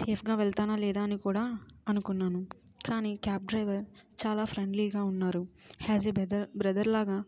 సేఫ్గా వెళ్తానా లేదా అని కూడా అనుకున్నాను కానీ క్యాబ్ డ్రైవర్ చాలా ఫ్రెండ్లీగా ఉన్నారు హాస్ ఏ బ్రదర్లాగా